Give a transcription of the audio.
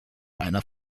einer